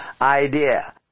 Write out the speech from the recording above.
idea